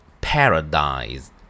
Paradise